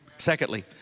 Secondly